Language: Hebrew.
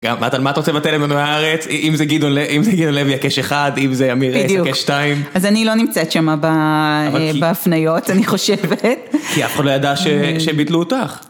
גם מה אתה רוצה לבטל מינוי להארץ אם זה גדעון לוי הקש אחד אם זה אמירי הקש שתיים אז אני לא נמצאת שמה בהפניות אני חושבת כי אף אחד לא ידע שביטלו אותך